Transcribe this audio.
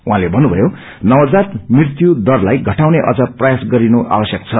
उाहाँले भन्नुभयो नवजात मृत्यु दरलाई घआउने अझ प्रयास गरिनु आवश्यक छ